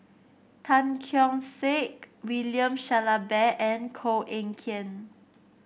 Tan Keong Saik William Shellabear and Koh Eng Kian